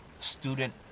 student